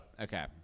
Okay